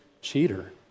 cheater